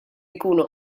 jkunu